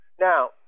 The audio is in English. Now